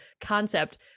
concept